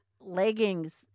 leggings